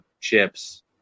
chips